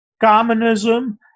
communism